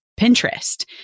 Pinterest